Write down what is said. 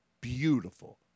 beautiful